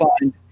find